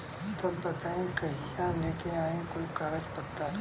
तब बताई कहिया लेके आई कुल कागज पतर?